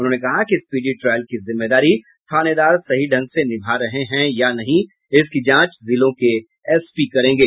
उन्होंने कहा कि स्पीडी ट्रायल की जिम्मेदारी थानेदार सही ढंग से निभा रहे हैं या नहीं इसकी जांच जिलों के एसपी करेंगे